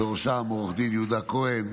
ובראשם עו"ד יהודה כהן,